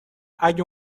اگه